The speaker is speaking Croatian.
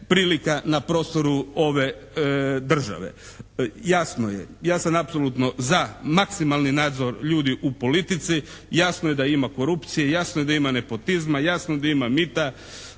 na prostoru ove države. Jasno je, ja sam apsolutno za maksimalni nadzor ljudi u politici, jasno je da ima korupcije, jasno je da ima nepotizma, jasno je da ima mita.